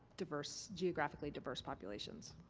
diverse. geographically diverse populations.